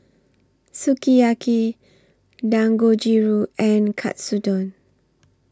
Sukiyaki Dangojiru and Katsudon